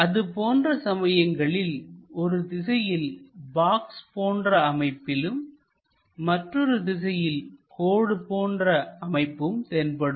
அதுபோன்ற சமயங்களில் ஒரு திசையில் பாக்ஸ் போன்ற அமைப்பிலும் மற்றொரு திசையில் கோடு போன்ற அமைப்பும் தென்படும்